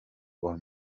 بار